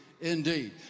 indeed